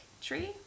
tree